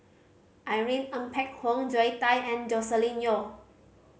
Irene Ng Phek Hoong Zoe Tay and Joscelin Yeo